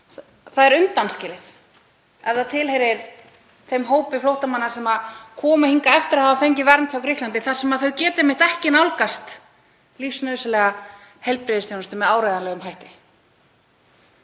Það er undanskilið ef það tilheyrir þeim hópi flóttamanna sem kemur hingað eftir að hafa fengið vernd í Grikklandi þar sem þeir geta einmitt ekki nálgast lífsnauðsynlega heilbrigðisþjónustu með áreiðanlegum hætti;